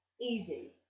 Easy